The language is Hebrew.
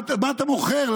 מה אתה מוכר?